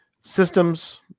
systems